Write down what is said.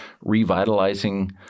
revitalizing